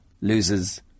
loses